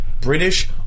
British